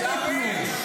הם ייפלו.